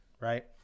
right